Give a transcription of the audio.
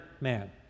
man